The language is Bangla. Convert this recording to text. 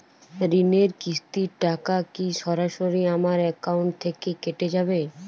ঋণের কিস্তির টাকা কি সরাসরি আমার অ্যাকাউন্ট থেকে কেটে যাবে?